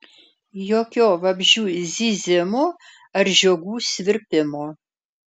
jokio vabzdžių zyzimo ar žiogų svirpimo